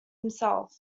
himself